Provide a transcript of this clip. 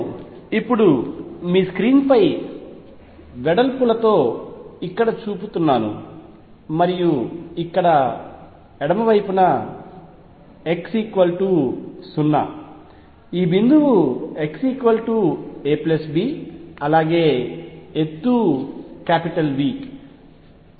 నేను ఇప్పుడు మీ స్క్రీన్పై వెడల్పులతో ఇక్కడ చూపుతున్నాను మరియు ఇక్కడ ఎడమవైపున x 0 ఈ బిందువు x a b అలాగే ఎత్తు V